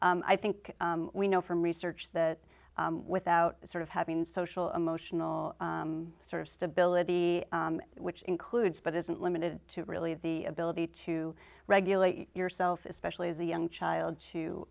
day i think we know from research that without sort of having social emotional sort of stability which includes but isn't limited to really the ability to regulate yourself especially as a young child to